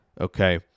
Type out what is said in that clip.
okay